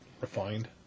refined